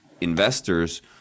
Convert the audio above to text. investors